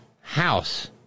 house